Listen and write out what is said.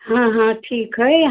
हाँ हाँ ठीक है